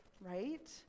right